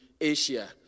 Asia